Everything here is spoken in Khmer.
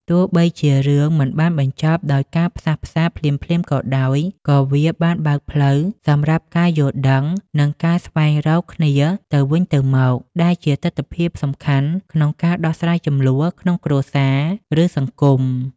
ទោះបីជារឿងមិនបានបញ្ចប់ដោយការផ្សះផ្សារភ្លាមៗក៏ដោយ ក៏វាបានបើកផ្លូវសម្រាប់ការយល់ដឹង និងការស្វែងរកគ្នាទៅវិញទៅមក ដែលជាទិដ្ឋភាពសំខាន់ក្នុងការដោះស្រាយជម្លោះក្នុងគ្រួសារ ឬសង្គម។